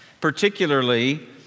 particularly